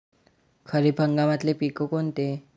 खरीप हंगामातले पिकं कोनते?